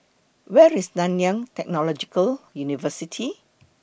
Where IS Nanyang Technological University